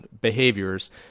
behaviors